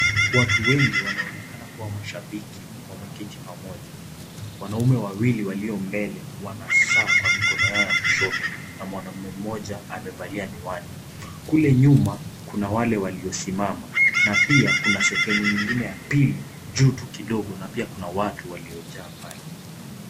Watu wemgi wanaonekana kuwa mashabiki wameketi pamoja. Wanauke wawili walio mbele wanaa saa kwa mikono yao ya kushoto na mwanaume mmoja amevalia miwani. Kule nyuma, kuna wale waliosimama na pia kuna sehemu ingine ya pili juu tu kidogo na pia kuna watu waliojaa pale.